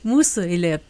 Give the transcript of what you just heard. mūsų eilė